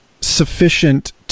sufficient